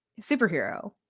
superhero